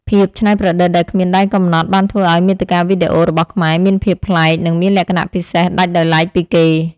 ភាពច្នៃប្រឌិតដែលគ្មានដែនកំណត់បានធ្វើឱ្យមាតិកាវីដេអូរបស់ខ្មែរមានភាពប្លែក និងមានលក្ខណៈពិសេសដាច់ដោយឡែកពីគេ។